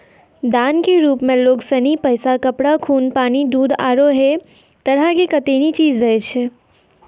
दान के रुप मे लोग सनी पैसा, कपड़ा, खून, पानी, दूध, आरु है तरह के कतेनी चीज दैय छै